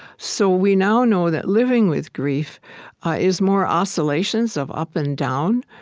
so we now know that living with grief is more oscillations of up and down.